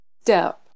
step